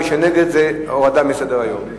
מי שנגד זה הורדה מסדר-היום.